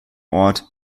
ort